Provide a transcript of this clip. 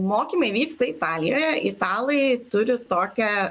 mokymai vyksta italijoje italai turi tokią